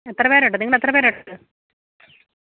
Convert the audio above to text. എത്ര പേരൊരുണ്ട് നിങ്ങൾ എത്ര പേരുണ്ട്